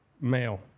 Male